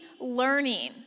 learning